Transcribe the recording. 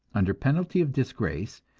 under penalty of disgrace,